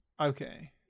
Okay